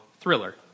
Thriller